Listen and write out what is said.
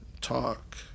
talk